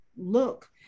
look